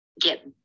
get